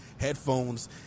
headphones